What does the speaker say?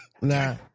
Nah